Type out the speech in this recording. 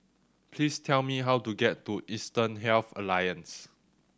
please tell me how to get to Eastern Health Alliance